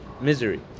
misery